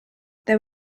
there